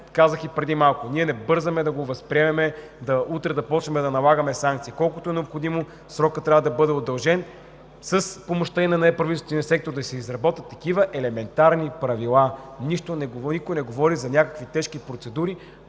казах преди малко – не бързаме да го възприемем и утре да започнем да налагаме санкции. С колкото е необходимо срокът трябва да бъде удължен и с помощта на неправителствения сектор да се изработят такива елементарни правила. Никой не говори за някакви тежки процедури,